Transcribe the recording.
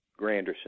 Granderson